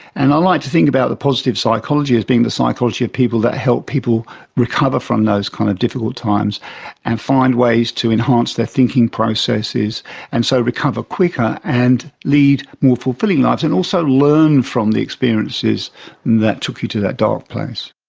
and i like to think about positive psychology as being the psychology of people that help people recover from those kind of difficult times and find ways to enhance their thinking processes and so recover quicker and lead more fulfilling lives, and also learn from the experiences that took you to that dark place.